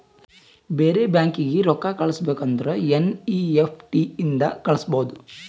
ಬೇರೆ ಬ್ಯಾಂಕೀಗಿ ರೊಕ್ಕಾ ಕಳಸ್ಬೇಕ್ ಅಂದುರ್ ಎನ್ ಈ ಎಫ್ ಟಿ ಇಂದ ಕಳುಸ್ಬೋದು